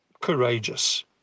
courageous